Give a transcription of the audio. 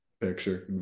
picture